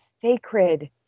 sacred